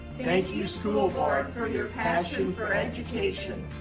thank you school board for your passion for education.